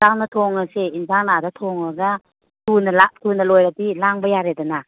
ꯆꯥꯛꯅ ꯊꯣꯡꯉꯁꯦ ꯑꯦꯟꯁꯥꯡꯅ ꯑꯥꯗ ꯊꯣꯡꯉꯒ ꯊꯨꯅ ꯊꯨꯅ ꯂꯣꯏꯔꯗꯤ ꯂꯥꯡꯕ ꯌꯥꯔꯦꯗꯅ